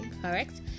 Correct